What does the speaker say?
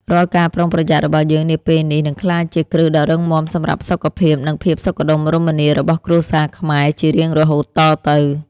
រាល់ការប្រុងប្រយ័ត្នរបស់យើងនាពេលនេះនឹងក្លាយជាគ្រឹះដ៏រឹងមាំសម្រាប់សុខភាព និងភាពសុខដុមរមនារបស់គ្រួសារខ្មែរជារៀងរហូតតទៅ។